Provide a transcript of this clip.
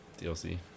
dlc